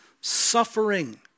suffering